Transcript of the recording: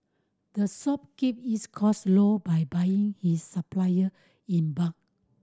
the shop keep its cost low by buying its supplier in bulk